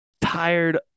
tired